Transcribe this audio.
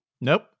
Nope